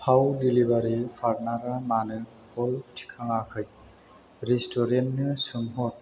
फाव डिलिभारि पार्टनारा मानो कल थिखाङाखै रेस्टुरेन्टनो सोंहथ